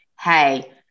hey